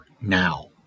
now